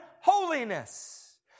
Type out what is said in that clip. holiness